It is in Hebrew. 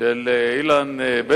של אילן בן-דב.